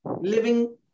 Living